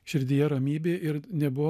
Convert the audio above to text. širdyje ramybė ir nebuvo